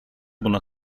buna